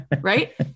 Right